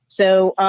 so